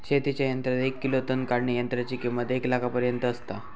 शेतीच्या यंत्रात एक ग्रिलो तण काढणीयंत्राची किंमत एक लाखापर्यंत आसता